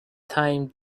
time